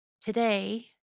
Today